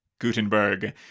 Gutenberg